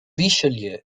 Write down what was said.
richelieu